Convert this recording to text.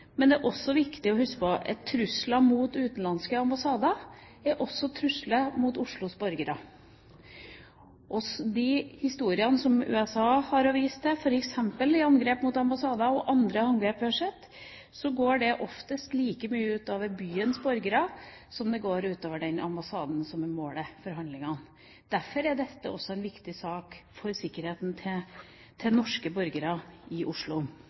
men det er også viktig å huske på at trusler mot utenlandske ambassader også er trusler mot Oslos borgere. I de historiene USA har å vise til f.eks. når det gjelder angrep på ambassader, går det oftest like mye ut over byens borgere som det går ut over den ambassaden som er målet for handlingene. Derfor er dette også en viktig sak for sikkerheten til norske borgere i Oslo.